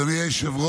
10),